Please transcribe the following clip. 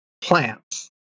plants